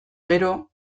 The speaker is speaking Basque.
gero